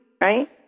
right